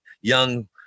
young